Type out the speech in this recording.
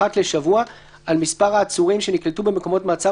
חוק ומשפט אחת לשבוע על מספר העצורים שנקלטו במקומות מעצר